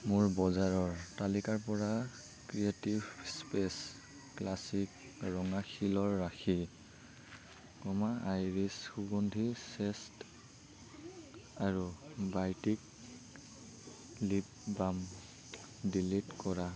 মোৰ বজাৰৰ তালিকাৰ পৰা ক্ৰিয়েটিভ স্পেচ ক্লাছিক ৰঙা শিলৰ ৰাখী কমা আইৰিছ সুগন্ধি চেচেট আৰু বায়'টিক লিপ বাম ডিলিট কৰা